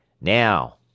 Now